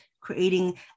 creating